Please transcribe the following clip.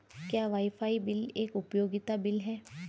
क्या wifi bill एक उपयोगिता बिल है?